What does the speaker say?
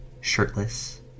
shirtless